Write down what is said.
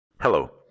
Hello